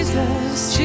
Jesus